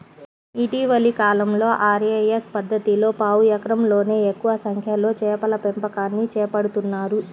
ఇటీవలి కాలంలో ఆర్.ఏ.ఎస్ పద్ధతిలో పావు ఎకరంలోనే ఎక్కువ సంఖ్యలో చేపల పెంపకాన్ని చేపడుతున్నారు